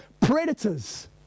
predators